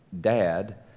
dad